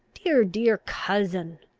dear, dear cousin!